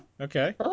Okay